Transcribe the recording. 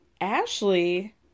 Ashley